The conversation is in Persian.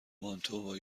مانتو، با